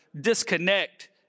disconnect